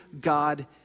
God